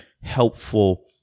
helpful